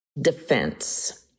defense